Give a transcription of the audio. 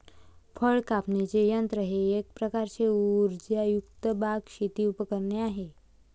फळ कापण्याचे यंत्र हे एक प्रकारचे उर्जायुक्त बाग, शेती उपकरणे आहे